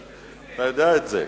אתה יודע את זה.